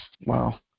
Wow